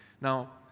Now